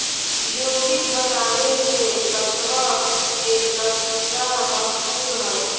यौगिक बनावे मे तत्व के संरचना महत्वपूर्ण हय